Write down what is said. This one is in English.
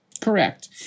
Correct